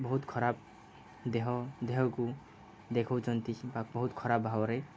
ବହୁତ ଖରାପ ଦେହ ଦେହକୁ ଦେଖଉଛନ୍ତି ବା ବହୁତ ଖରାପ ଭାବରେ